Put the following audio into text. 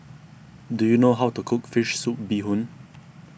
do you know how to cook Fish Soup Bee Hoon